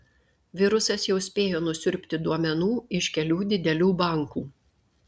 virusas jau spėjo nusiurbti duomenų iš kelių didelių bankų